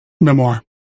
memoir